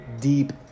deep